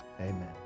amen